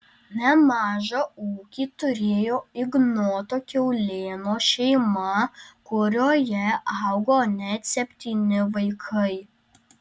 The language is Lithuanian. nemažą ūkį turėjo ignoto kiaulėno šeima kurioje augo net septyni vaikai